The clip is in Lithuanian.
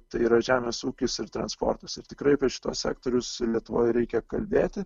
tai yra žemės ūkis ir transportas ir tikrai apie šituos sektorius lietuvoj reikia kalbėti